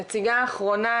נציגה אחרונה,